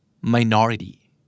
Minority